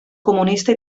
comunista